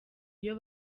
iyo